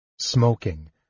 Smoking